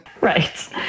Right